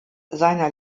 seiner